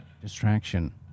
distraction